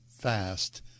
fast